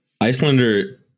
Icelander